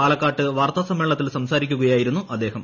പാലക്കാട്ട് വാർത്താ സമ്മേളനത്തിൽ സംസാരിക്കുകയായിരുന്നു അദ്ദേഹം